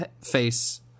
face